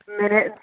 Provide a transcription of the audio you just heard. minute